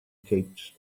keeps